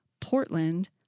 Portland